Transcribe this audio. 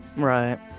Right